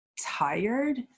tired